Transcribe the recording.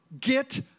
get